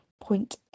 point